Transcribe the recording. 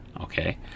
Okay